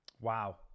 Wow